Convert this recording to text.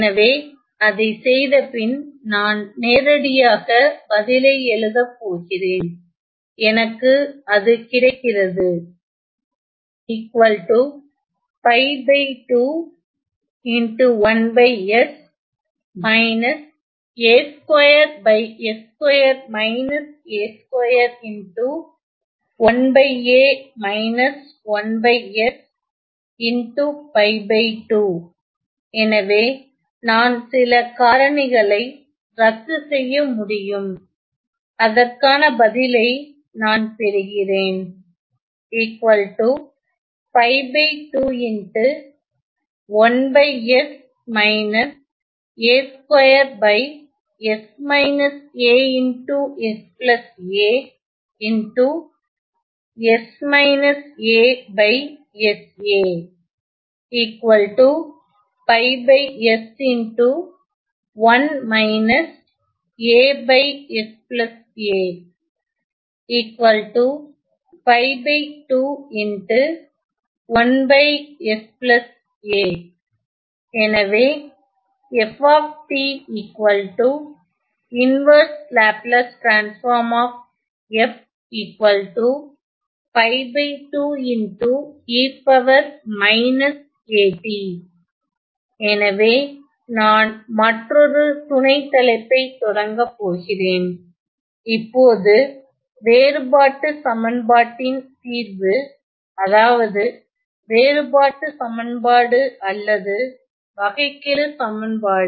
எனவே அதைச் செய்தபின் நான் நேரடியாக பதிலை எழுதப் போகிறேன் எனக்கு அது கிடைக்கிறது எனவே நான் சில காரணிகளை ரத்து செய்ய முடியும் அதற்கான பதிலை நான் பெறுகிறேன் எனவே எனவே நான் மற்றொரு துணை தலைப்பைத் தொடங்கப் போகிறேன் இப்போது வேறுபாட்டுச் சமன்பாட்டின் தீர்வு அதாவதுவேறுபாட்டுச் சமன்பாடு அல்லது வகைக்கெழுச் சமன்பாடு